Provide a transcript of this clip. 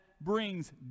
brings